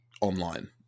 online